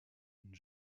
une